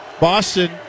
Boston